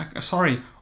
Sorry